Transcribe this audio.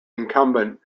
incumbent